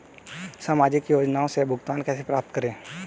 सामाजिक योजनाओं से भुगतान कैसे प्राप्त करें?